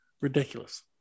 Ridiculous